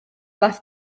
left